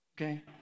Okay